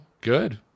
good